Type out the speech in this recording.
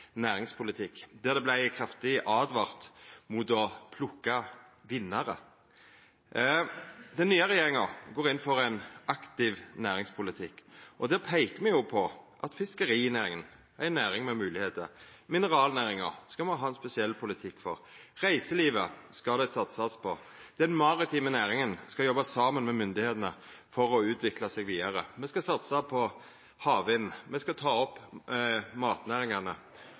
næringspolitikk, der det vart kraftig åtvara mot å plukka vinnarar. Den nye regjeringa går inn for ein aktiv næringspolitikk. Då peiker me på at fiskerinæringa er ei næring med moglegheiter. Mineralnæringa skal me ha ein spesiell politikk for. Det skal satsast på reiselivet, og den maritime næringa skal jobba saman med myndigheitene for å utvikla seg vidare. Me skal satsa på havvind, og me skal ta opp matnæringane.